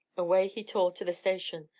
away he tore to the station.